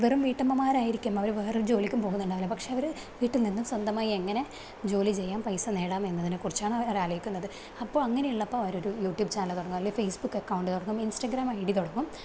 വെറും വീട്ടമ്മമാരായിരിക്കും അവര് വേറൊരു ജോലിക്കും പോകുന്നുണ്ടാവില്ല പക്ഷേ അവര് വീട്ടിൽ നിന്നും സ്വന്തമായി എങ്ങനെ ജോലി ചെയ്യാം പൈസ നേടാം എന്നതിനെക്കുറിച്ചാണ് അവരാലോചിക്കുന്നത് അപ്പോൾ അങ്ങനെയുള്ളപ്പോൾ അവരൊരു യൂട്യൂബ് ചാനല് തുടങ്ങും അല്ലെൽ ഫേസ്ബുക്ക് അക്കൗണ്ട് തുടങ്ങും ഇൻസ്റ്റഗ്രാം ഐഡി തുടങ്ങും